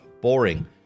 boring